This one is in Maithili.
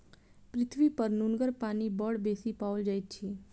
पृथ्वीपर नुनगर पानि बड़ बेसी पाओल जाइत अछि